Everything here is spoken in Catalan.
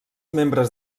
membres